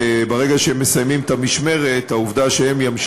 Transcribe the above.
וברגע שהם מסיימים את המשמרת,